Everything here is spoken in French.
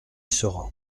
sera